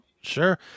Sure